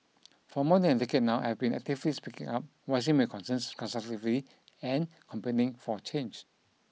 for more than a decade now I've been actively speaking up voicing my concerns constructively and campaigning for change